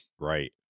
right